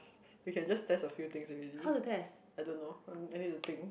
we can just test a few things already I don't know um I need to think